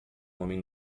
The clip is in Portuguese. homem